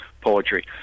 poetry